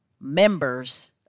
members